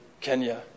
Kenya